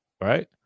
Right